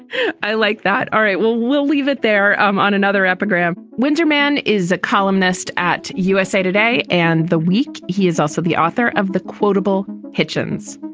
i like that. all right. we'll we'll leave it there um on another epigram windsor mann is a columnist at usa today and the week. he is also the author of the quotable hitchens.